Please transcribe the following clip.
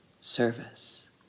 service